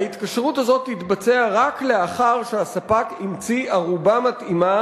ההתקשרות הזאת תתבצע רק לאחר שהספק המציא ערובה מתאימה